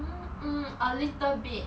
hmm mm a little bit